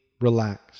relax